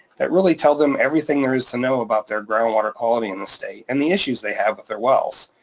that really tell them everything there is to know about their ground water quality in the state and the issues they have with their wells.